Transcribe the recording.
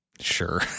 Sure